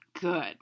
Good